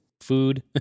Food